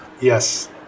Yes